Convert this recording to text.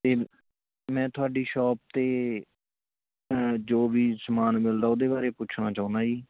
ਮੈਂ ਤੁਹਾਡੀ ਸ਼ੌਪ 'ਤੇ ਜੋ ਵੀ ਸਮਾਨ ਮਿਲਦਾ ਉਹਦੇ ਬਾਰੇ ਪੁੱਛਣਾ ਚਾਹੁੰਦਾ ਜੀ